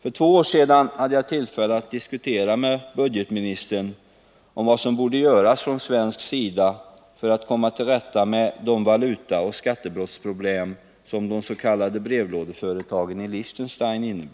För två år sedan hade jag tillfälle att diskutera med budgetministern om vad som borde göras från svensk sida för att komma till rätta med de valutaoch skattebrottsproblem som uppstått genom de s.k. brevlådeföretagen i Liechtenstein.